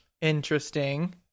interesting